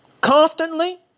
constantly